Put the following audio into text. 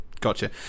Gotcha